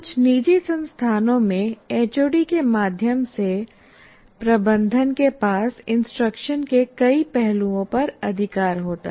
कुछ निजी संस्थानों में एचओडी के माध्यम से प्रबंधन के पास इंस्ट्रक्शन के कई पहलुओं पर अधिकार होता है